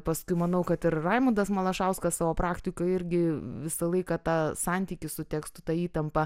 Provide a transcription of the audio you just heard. paskui manau kad ir raimundas malašauskas savo praktikoj irgi visą laiką tą santykį su tekstu tą įtampą